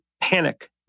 panic